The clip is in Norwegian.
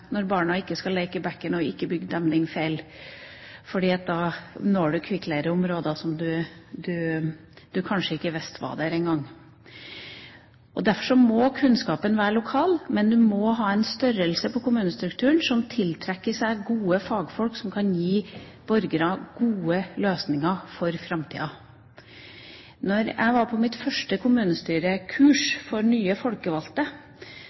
barna ikke skal leke i bekken og ikke skal bygge demning feil sted, for da når man kvikkleireområder som man kanskje ikke visste var der engang. Derfor må kunnskapen være lokal, men man må ha en størrelse på kommunestrukturen som tiltrekker seg gode fagfolk som kan gi borgerne gode løsninger for framtida. Da jeg var på mitt første kommunestyrekurs for nye folkevalgte